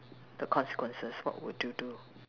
the consequences what would you do